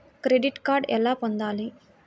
Credit card ఎలా పొందాలి?